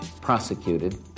prosecuted